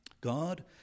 God